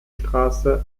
straße